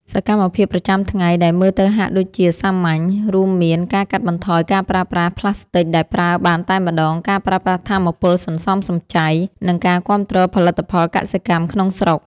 សកម្មភាពប្រចាំថ្ងៃដែលមើលទៅហាក់ដូចជាសាមញ្ញ រួមមានការកាត់បន្ថយការប្រើប្រាស់ប្លាស្ទិកដែលប្រើបានតែម្ដង ការប្រើប្រាស់ថាមពលសន្សំសំចៃ និងការគាំទ្រផលិតផលកសិកម្មក្នុងស្រុក។